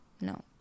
no